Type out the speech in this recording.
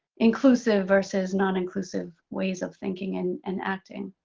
inclusive versus non-inclusive ways of thinking and and acting.